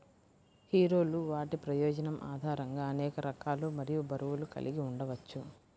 హీరోలు వాటి ప్రయోజనం ఆధారంగా అనేక రకాలు మరియు బరువులు కలిగి ఉండవచ్చు